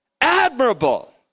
admirable